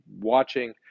watching